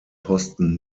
posten